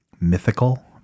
mythical